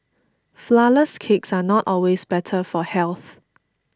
Flourless Cakes are not always better for health